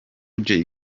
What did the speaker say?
jay